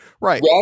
Right